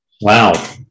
Wow